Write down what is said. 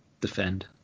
defend